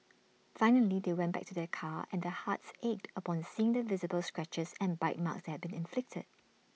finally they went back to their car and their hearts ached upon seeing the visible scratches and bite marks that had been inflicted